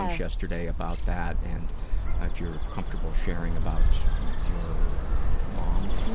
ah yesterday about that, and if you're comfortable sharing about your mom.